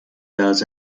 does